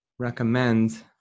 recommend